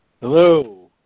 Hello